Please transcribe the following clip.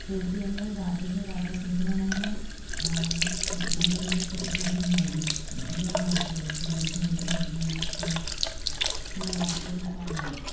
रोटीअ में राति जो ॾाढा घटि वणंदो आहे ऐं सुब मंझंदि जो त हिकदमि हैवी हिकदमि भरपुर हुजे ॾुध वुध हुजे मस्तु ऐं राति जो सफ़ा लाइट